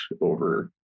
over